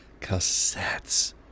cassettes